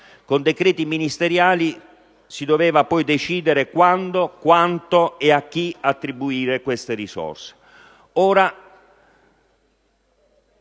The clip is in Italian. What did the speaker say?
con decreti ministeriali si doveva poi decidere quando, quanto e a chi attribuire queste risorse.